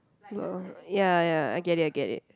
ah ya ya I get it I get it